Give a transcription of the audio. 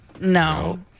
No